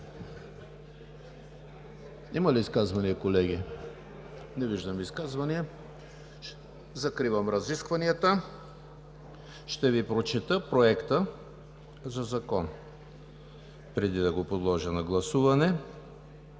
Има ли изказвания, колеги? Не виждам. Закривам разискванията. Ще Ви прочета Проекта за закон, преди да го подложа на гласуване.